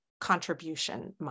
contribution